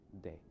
day